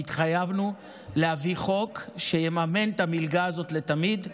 והתחייבנו להביא חוק שיממן את המלגה הזאת לתמיד.